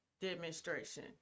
demonstration